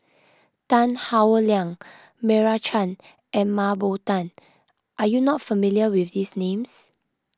Tan Howe Liang Meira Chand and Mah Bow Tan are you not familiar with these names